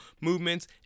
movements